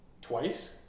twice